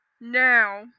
now